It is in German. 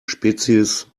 spezies